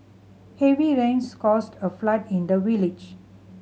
heavy rains caused a flood in the village